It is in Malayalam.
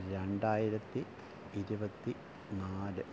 രണ്ടായിരത്തി ഇരുപത്തി നാല്